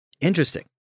Interesting